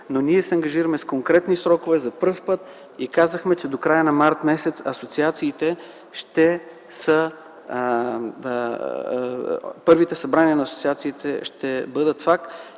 Но ние се ангажираме с конкретни срокове за пръв път и казахме, че до края на м. март първите събрания на асоциациите ще бъдат факт.